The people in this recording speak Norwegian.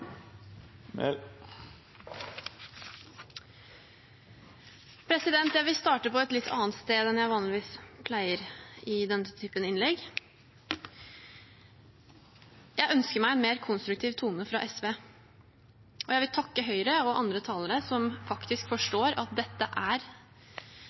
Jeg vil starte på et litt annet sted enn jeg vanligvis pleier i denne typen innlegg. Jeg ønsker meg en mer konstruktiv tone fra SV. Jeg vil takke Høyre og andre talere som faktisk